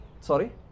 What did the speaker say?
Sorry